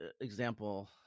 example